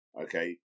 okay